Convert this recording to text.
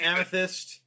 Amethyst